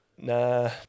Nah